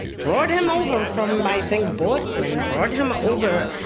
brought him over from i think boston, brought him over,